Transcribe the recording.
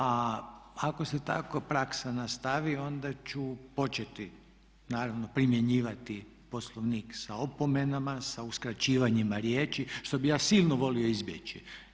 A ako se tako praksa nastavi onda ću početi naravno primjenjivati Poslovnik sa opomenama, sa uskraćivanjima riječi što bih ja silno volio izbjeći.